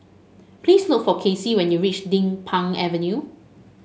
please look for Kassie when you reach Din Pang Avenue